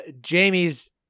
Jamie's